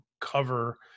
cover